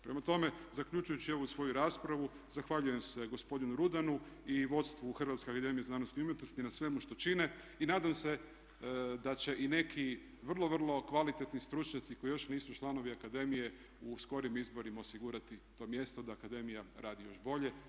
Prema tome, zaključujući ovu svoju raspravu zahvaljujem se gospodinu Rudanu i vodstvu Hrvatske akademije znanosti i umjetnosti na svemu što čine i nadam se da će i neki vrlo, vrlo kvalitetni stručnjaci koji još nisu članovi akademije u skorijim izborima osigurati to mjesto da akademija radi još bolje.